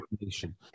Nation